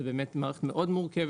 מדובר במערכת מאוד מורכבת,